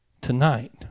tonight